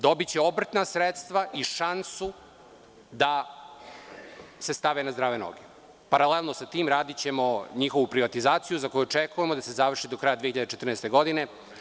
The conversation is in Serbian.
Dobiće obrtna sredstva i šansu da se stave na zdrave noge, paralelno sa tim radićemo njihovu privatizaciju za koju očekujemo da se završi do kraja 2014. godine.